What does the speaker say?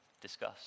Discuss